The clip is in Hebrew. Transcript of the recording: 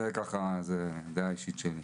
זה דעה אישית שלי.